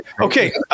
Okay